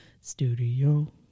studio